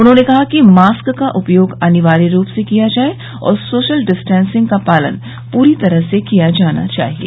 उन्होंने कहा कि मास्क का उपयोग अनिवार्य रूप से किया जाये और सोशल डिस्टेंसिंग का पालन पूरी तरह से किया जाना चाहिये